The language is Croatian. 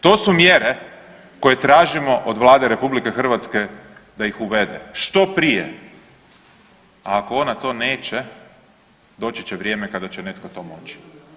To su mjere koje tražimo od Vlade RH da ih uvede što prije, a ako ona to neće doći će vrijeme kada će netko to moći.